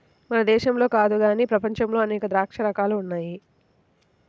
మన దేశంలో కాదు గానీ ప్రపంచంలో అనేక ద్రాక్ష రకాలు ఉన్నాయి